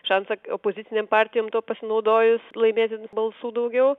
šansą opozicinėm partijom tuo pasinaudojus laimėti balsų daugiau